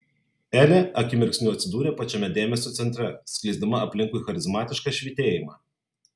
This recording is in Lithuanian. elė akimirksniu atsidūrė pačiame dėmesio centre skleisdama aplinkui charizmatišką švytėjimą